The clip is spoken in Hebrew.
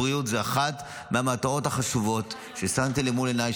צמצום פערים בבריאות זה אחת המטרות החשובות ששמתי למול עיניי,